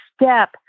step